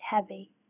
heavy